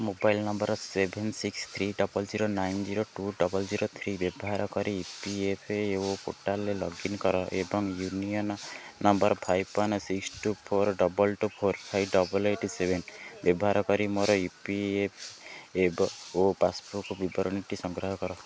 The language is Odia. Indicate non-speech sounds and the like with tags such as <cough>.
mobile number seven six three double zero nine zero two double zero three ବ୍ୟବହାର କରି ଇ ପି ଏଫ୍ ଓ ପୋର୍ଟାଲ୍ରେ ଲଗ୍ଇନ୍ କର ଏବଂ union number five one six two four double two four five double eight seven ବ୍ୟବହାର କରି ମୋର ଇ ପି ଏଫ୍ <unintelligible> ଓ ପାସ୍ବୁକ୍ ବିବରଣୀଟି ସଂଗ୍ରହ କର